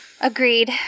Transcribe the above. Agreed